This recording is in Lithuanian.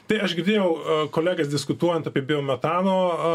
tai aš girdėjau kolegas diskutuojant apie metano